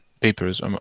papers